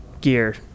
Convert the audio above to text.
gear